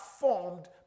formed